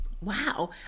wow